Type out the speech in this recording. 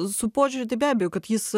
su požiūriu tai be abejo kad jis